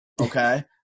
Okay